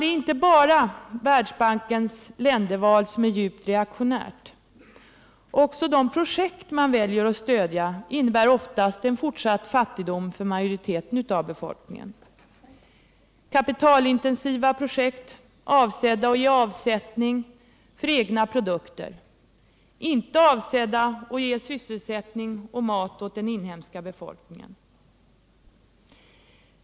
Det är inte bara Världsbankens länderval som är djupt reaktionärt — också de projekt man väljer att stödja innebär oftast en fortsatt fattigdom för majoriteten av befolkningen. Det är fråga om kapitalintensiva projekt avsedda att ge avsättning för egna produkter — inte avsedda att ge sysselsättning och mat åt den inhemska befolkningen.